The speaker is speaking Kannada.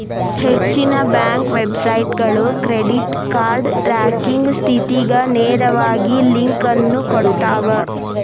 ಹೆಚ್ಚಿನ ಬ್ಯಾಂಕ್ ವೆಬ್ಸೈಟ್ಗಳು ಕ್ರೆಡಿಟ್ ಕಾರ್ಡ್ ಟ್ರ್ಯಾಕಿಂಗ್ ಸ್ಥಿತಿಗ ನೇರವಾಗಿ ಲಿಂಕ್ ಅನ್ನು ಕೊಡ್ತಾವ